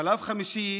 שלב חמישי,